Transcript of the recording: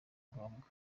ngombwa